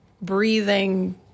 breathing